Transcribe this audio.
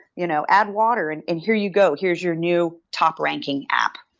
you know add water and and here you go. here's your new top ranking app.